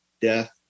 Death